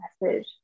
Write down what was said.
message